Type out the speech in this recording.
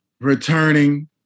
returning